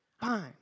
Fine